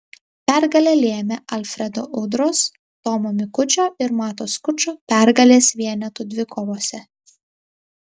pergalę lėmė alfredo udros tomo mikučio ir mato skučo pergalės vienetų dvikovose